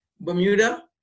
Bermuda